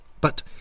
but